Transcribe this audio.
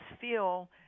feel